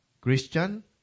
Christian